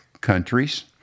countries